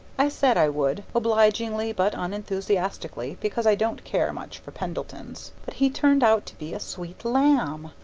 i said i would, obligingly but unenthusiastically, because i don't care much for pendletons. but he turned out to be a sweet lamb.